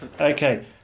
Okay